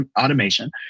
automation